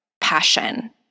Passion